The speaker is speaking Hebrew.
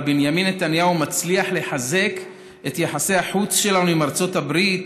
בנימין נתניהו מצליח לחזק את יחסי החוץ שלנו עם ארצות הברית